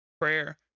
Prayer